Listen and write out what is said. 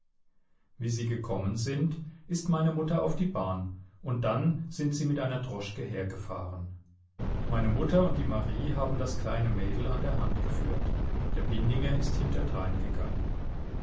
wie sie gekommen sind ist meine mutter auf die bahn und dann sind sie mit einer droschke hergefahren meine mutter und die marie haben das kleine mädel an der hand geführt der bindinger ist hinterdrein gegangen